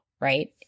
right